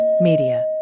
Media